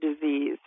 disease